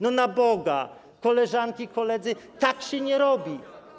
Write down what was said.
Na Boga, koleżanki i koledzy, tak się nie robi.